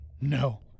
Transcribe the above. No